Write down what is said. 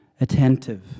attentive